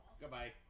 Goodbye